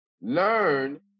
Learn